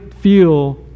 feel